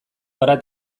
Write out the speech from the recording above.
gara